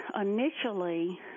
initially